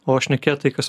o šnekėt tai kas